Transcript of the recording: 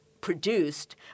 produced